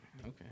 Okay